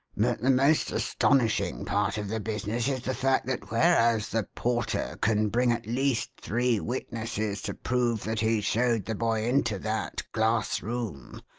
the most astonishing part of the business is the fact that, whereas the porter can bring at least three witnesses to prove that he showed the boy into that glass-room,